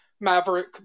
Maverick